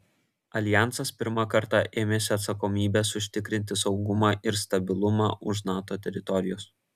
aljansas pirmą kartą ėmėsi atsakomybės užtikrinti saugumą ir stabilumą už nato teritorijos